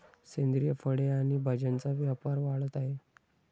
सेंद्रिय फळे आणि भाज्यांचा व्यापार वाढत आहे